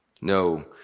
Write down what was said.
No